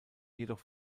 jedoch